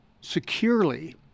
securely